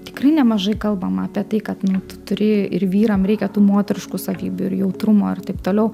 tikrai nemažai kalbama apie tai kad nu tu turi ir vyram reikia tų moteriškų savybių ir jautrumo ir taip toliau